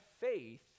faith